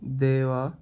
దేవా